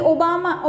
Obama